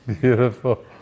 Beautiful